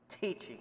Teaching